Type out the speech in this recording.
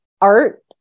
art